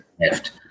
left